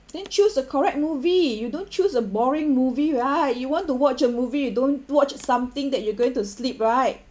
then choose the correct movie you don't choose a boring movie right you want to watch a movie you don't watch something that you're going to sleep right